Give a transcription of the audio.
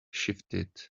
shifted